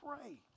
pray